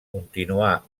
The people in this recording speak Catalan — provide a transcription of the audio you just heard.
continuà